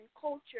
culture